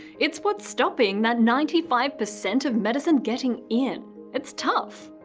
it's what's stopping that ninety five percent of medicine getting in it's tough!